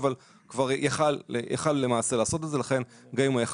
אבל כבר יכול היה לעשות את זה לכן גם אם הוא יכול היה